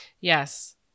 Yes